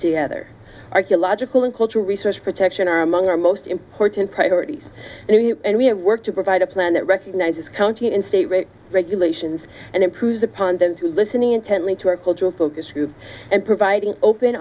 together archaeological and cultural research protection are among our most important priorities and we have work to provide a plan that recognizes county and state regulations and improves upon those who are listening intently to our cultural focus group and providing open